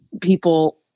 people